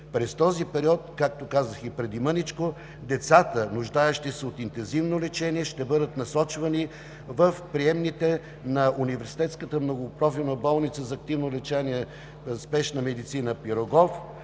През този период, както казах и преди мъничко, децата, нуждаещи се от интензивно лечение, ще бъдат насочвани в приемните на Университетската многопрофилна болница за активно лечение и спешна медицина „Пирогов“,